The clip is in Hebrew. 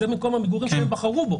זה מקום המגורים שהם בחרו בו.